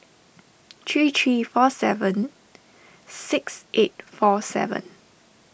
three three four seven six eight four seven